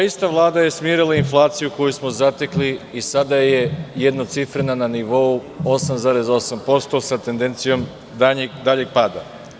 Ista ova Vlada je smirila inflaciju koju smo zatekli i sada je jednocifrena na nivou 8,8% sa tendencijom daljeg pada.